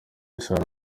isano